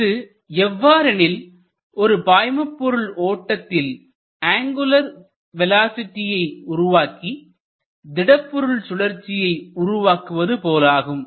இது எவ்வாறெனில் ஒரு பாய்மபொருள் ஓட்டத்தில் அங்குலர் வேலோஸிட்டியை உருவாக்கி திடப்பொருள் சுழற்சியை உருவாக்குவது போலாகும்